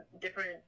different